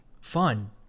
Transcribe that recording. fun